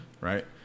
Right